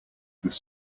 this